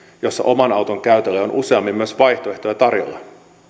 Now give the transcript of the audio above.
jossa oman auton käytölle on useammin myös vaihtoehtoja tarjolla